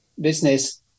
business